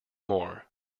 more